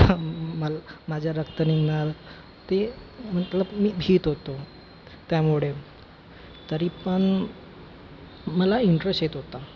मला माझं रक्त निघणार ते मतलब मी भीत होतो त्यामुळे तरी पण मला इंट्रेस्ट येत होता